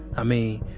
i mean,